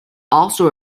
also